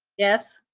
yes.